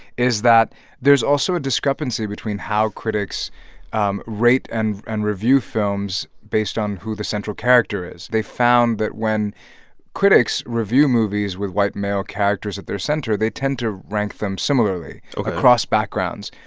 is that there's also a discrepancy between how critics um rate and and review films based on who the central character is. they found that when critics review movies with white male characters at their center, they tend to rank them similarly across backgrounds.